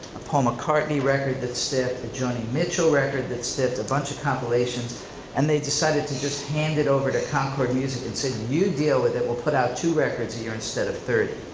a paul mccartney record that stiffed, a joanie mitchell record that stiffed, a bunch of compilations and they decided to just hand it over to concord music and said you deal with it, we'll put out two records a year instead of thirty.